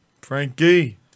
Frankie